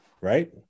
right